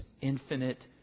infinite